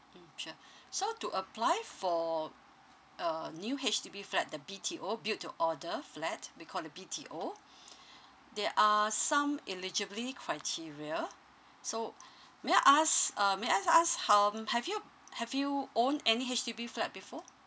mm sure so to apply for a new H_D_B flat the B_T_O built to order flat we call the B_T_O there are some eligibility criteria so may I ask uh may I ask how um have you have you owned any H_D_B flat before